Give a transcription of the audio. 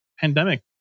pandemic